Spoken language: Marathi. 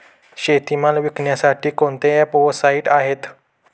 शेतीमाल विकण्यासाठी कोणते ॲप व साईट आहेत?